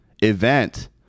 event